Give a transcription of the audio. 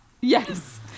Yes